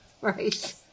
right